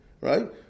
right